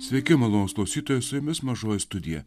sveiki malonūs klausytojai su jumis mažoji studija